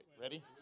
ready